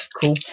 cool